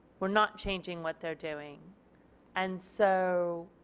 are not changing what they are doing and so